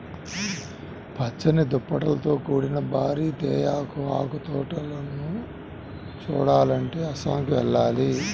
పచ్చని దుప్పట్లతో కూడిన భారీ తేయాకు తోటలను చూడాలంటే అస్సాంకి వెళ్ళాలి